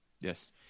Yes